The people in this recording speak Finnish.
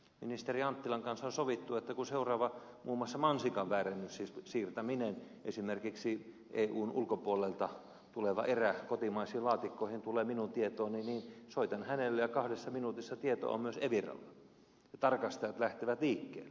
ministeri anttilan kanssa on sovittu että kun muun muassa seuraava mansikan väärennys siis esimerkiksi eun ulkopuolelta tulevan erän siirtäminen kotimaisiin laatikkoihin tulee minun tietooni niin soitan hänelle ja kahdessa minuutissa tieto on myös eviralla ja tarkastajat lähtevät liikkeelle